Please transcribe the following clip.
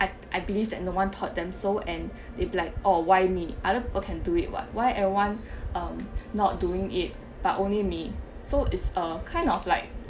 I I believe that no one taught them so and they're be like oh why me other people can do it what why everyone I'm not doing it but only me so it's a kind of like